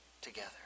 together